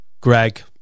Greg